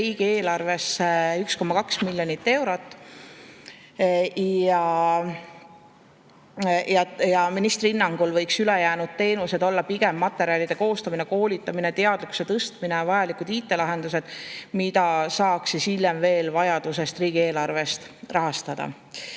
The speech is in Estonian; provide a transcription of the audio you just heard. riigieelarves 1,2 miljonit eurot. Ministri hinnangul võiks ülejäänud teenused olla pigem materjalide koostamine, koolitamine, teadlikkuse tõstmine ja vajalikud IT-lahendused, mida saaks hiljem vajaduse korral riigieelarvest rahastada.